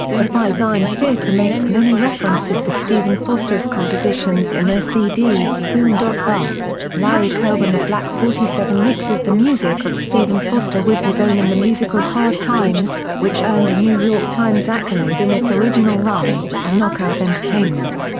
the firesign theatre makes many references to stephen foster's compositions in their cd, boom dot bust larry kirwan of black forty seven mixes the music of stephen foster with his own in the musical hard times, which earned a new york times accolade in its original run a knockout entertainment.